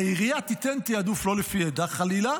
והעירייה תיתן תיעדוף לא לפי עדה חלילה,